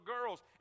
girls